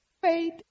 faith